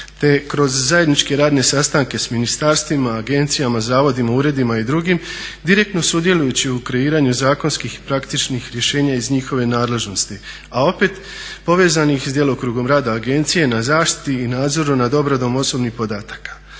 te kroz zajedničke radne sastanke s ministarstvima, agencijama, zavodima, uredima i drugim direktno sudjelujući u kreiranju zakonskih i praktičnih rješenja iz njihove nadležnosti, a opet povezanih i s djelokrugom rada agencije na zaštiti i nadzoru nad obradom osobnih podataka.